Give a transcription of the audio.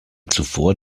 zuvor